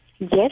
Yes